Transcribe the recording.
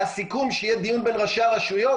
היה סיכום שיהיה דיון בין ראשי הרשויות.